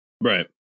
Right